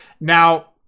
Now